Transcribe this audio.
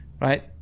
right